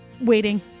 waiting